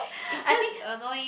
I think